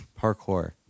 Parkour